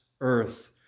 earth